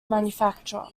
manufacture